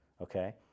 okay